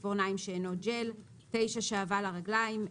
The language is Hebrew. לציפורניים (שאינו ג'ל); (9)שעווה לרגליים,